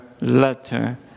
letter